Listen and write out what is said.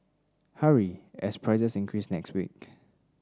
hurry as prices increase next week